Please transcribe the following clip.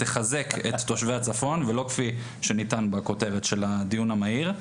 תחזק את תושבי הצפון ולא כפי שניתן בכותרת של הדיון המהיר.